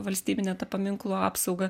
valstybinę paminklų apsaugą